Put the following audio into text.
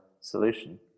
Solution